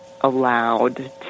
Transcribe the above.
allowed